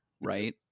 right